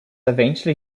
eventually